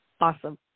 Awesome